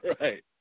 Right